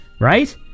right